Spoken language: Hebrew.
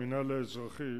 המינהל האזרחי